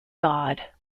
god